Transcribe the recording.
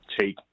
take